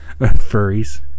Furries